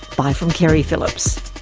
bye from keri phillips